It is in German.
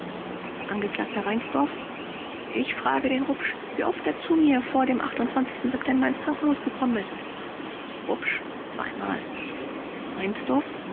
angekl reinsdorf ich frage den rupsch wie oft er zu mir vor dem september ins krankenhaus gekommen ist rupsch zweimal